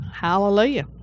Hallelujah